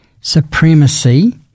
supremacy